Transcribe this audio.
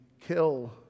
kill